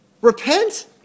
Repent